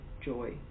joy